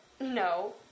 No